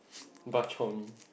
bak-chor-mee